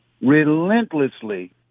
relentlessly